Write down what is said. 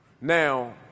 Now